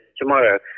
tomorrow